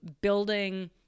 building